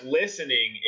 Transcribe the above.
listening